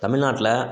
தமிழ்நாட்ல